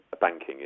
banking